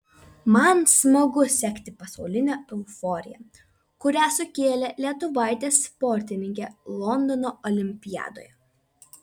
man smagu sekti pasaulinę euforiją kurią sukėlė lietuvaitė sportininkė londono olimpiadoje